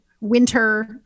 winter